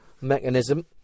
mechanism